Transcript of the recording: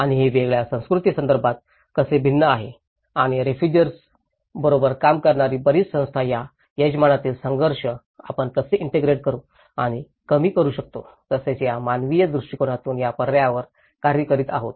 आणि हे वेगवेगळ्या सांस्कृतिक संदर्भात कसे भिन्न आहे आणि रेफुजिर्स बरोबर काम करणारी बरीच संस्था या यजमानातील संघर्ष आपण कसे ईंटेग्रेट करू आणि कमी करू शकतो तसेच या मानवीय दृष्टिकोनातून या पर्यायावर कार्य करीत आहोत